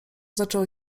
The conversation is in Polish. zaczęło